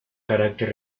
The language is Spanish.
carácter